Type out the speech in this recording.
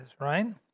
right